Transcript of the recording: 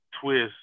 twist